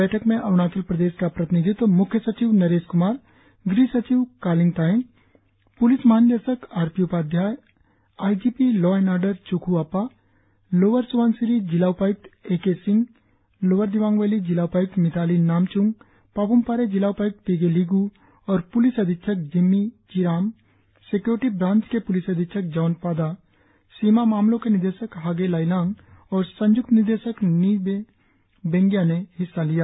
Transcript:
बैठक में अरुणाचल प्रदेश का प्रतिनिधित्व मुख्य सचिव नरेश क्मार गृहसचिव कालिंग तायेंग पुलिस महानिदेशक R P Upadhyay I G P law and order च्ख् अपा लोअर सियांग जिला उपाय्क्त A K Singh lower Dibang valley जिला उपाय्क्त मिताली नामच्म पाप्मपारे जिला उपाय्क्त पिगे लिग् और प्लिस अधीक्ष्क जिम्मि चिराम सिक्योरिटी ब्रांच के प्लिस अधीक्षक जॉन पादा सीमा मामलों के निदेशक हागे लाइलांग और संय्क्त निदेशक निधे बेंगिया ने हिस्सा लिया